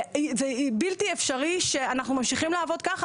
ובלתי אפשרי שאנחנו ממשיכים לעבוד כך.